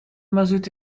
mazout